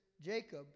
Jacob